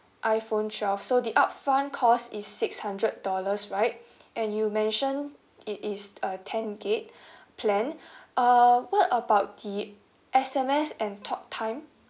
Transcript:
iphone twelve so the upfront cost is six hundred dollars right and you mentioned it is a ten gigabyte plan uh what about the S_M_S and talk time